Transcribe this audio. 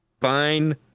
fine